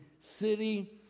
city